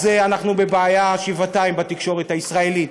אז יש בעיה שבעתיים בתקשורת הישראלית.